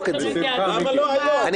שתקבל.